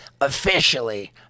officially